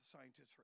scientists